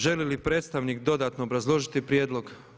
Želi li predstavnik dodatno obrazložiti prijedlog?